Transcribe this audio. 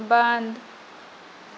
बंद